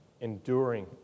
enduring